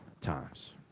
times